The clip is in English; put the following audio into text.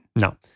No